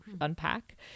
unpack